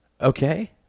Okay